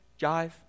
Jive